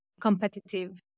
competitive